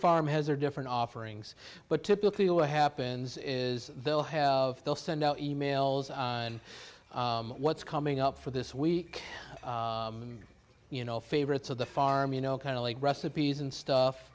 farm has are different offerings but typically what happens is they'll have they'll send out e mails on what's coming up for this week you know favorites of the farm you know kind of like recipes and stuff